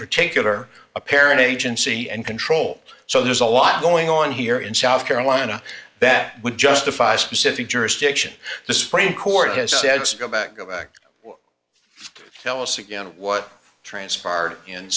particular a parent agency and control so there's a lot going on here in south carolina that would justify specific jurisdiction the supreme court has said so go back go back tell us again what transpired in